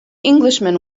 englishman